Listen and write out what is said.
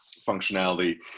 functionality